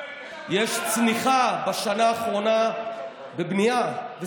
בשנה האחרונה יש צניחה בבנייה,